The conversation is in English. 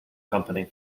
company